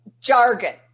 jargon